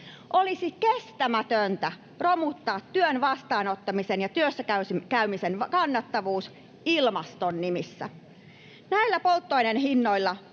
Olisi kestämätöntä romuttaa työn vastaanottamisen ja työssä käymisen kannattavuus ilmaston nimissä. Näillä polttoaineiden hinnoilla